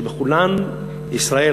שבכולן ישראל,